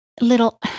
little